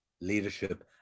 leadership